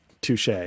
Touche